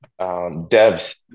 devs